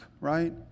right